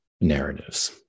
narratives